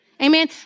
Amen